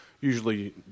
usually